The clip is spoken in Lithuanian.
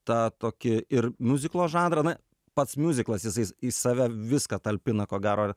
tą tokį ir miuziklo žanrą na pats miuziklas jisai į save viską talpina ko gero